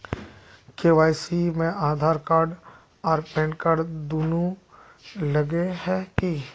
KYC में Aadhaar card आर PAN card दुनू लगे है की?